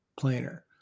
planer